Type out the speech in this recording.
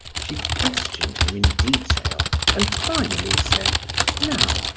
she questioned him in detail and finally said now,